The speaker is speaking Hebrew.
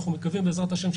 שאנחנו מקווים בעזרת השם,